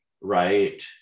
right